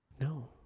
No